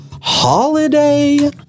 Holiday